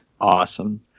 Awesome